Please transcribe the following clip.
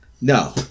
No